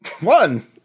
One